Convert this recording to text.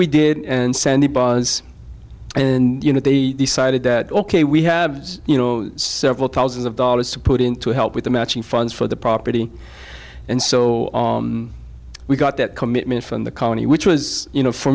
bars and you know they decided that ok we have you know several thousands of dollars to put in to help with the matching funds for the property and so we got that commitment from the county which was you know for